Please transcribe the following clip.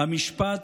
המשפט,